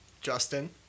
Justin